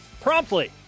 promptly